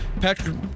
Patrick